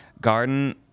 garden